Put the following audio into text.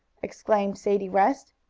exclaimed sadie west.